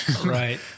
Right